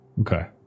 Okay